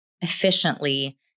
efficiently